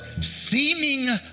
seeming